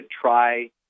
try